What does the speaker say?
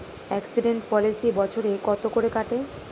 Accident policy বছরে কত করে কাটে?